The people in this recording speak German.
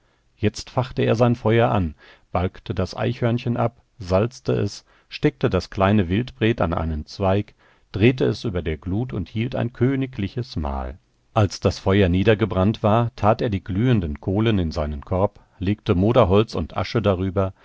jetzt fachte er sein feuer an balgte das eichhörnchen ab salzte es steckte das kleine wildbret an einen zweig drehte es über der glut und hielt ein königliches mahl als das feuer niedergebrannt war tat er die glühenden kohlen in seinen korb legte moderholz und asche darüber